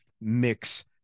mix